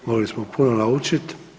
Mogli smo puno naučit.